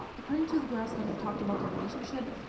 according to the girls that have talked about their relationship,